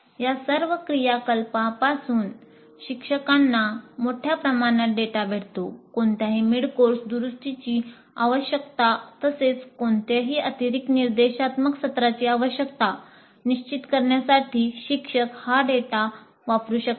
या सर्व क्रियाकलापासून शिक्षकांना मोठ्या प्रमाणात डेटा दुरुस्तीची आवश्यकता तसेच कोणत्याही अतिरिक्त निर्देशात्मक सत्राची आवश्यकता निश्चित करण्यासाठी शिक्षक हा सर्व डेटा वापरू शकतात